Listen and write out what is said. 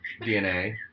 DNA